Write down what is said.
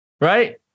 Right